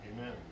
Amen